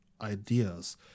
ideas